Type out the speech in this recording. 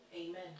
Amen